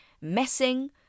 messing